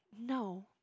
no